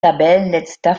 tabellenletzter